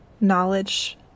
knowledge